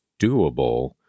doable